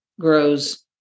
grows